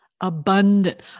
abundant